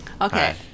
Okay